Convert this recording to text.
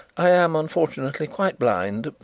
i am, unfortunately, quite blind.